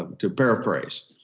to paraphrase.